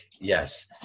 Yes